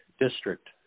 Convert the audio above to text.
district